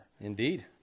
Indeed